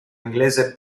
inglese